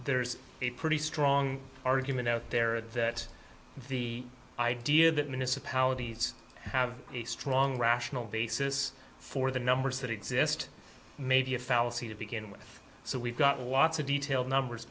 there's a pretty strong argument out there that the idea that municipalities have a strong rational basis for the numbers that exist may be a fallacy to begin with so we've got lots of detail numbers